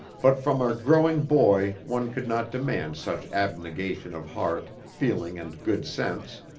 but from a growing boy one could not demand such abnegation of heart, feeling and good sense.